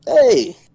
Hey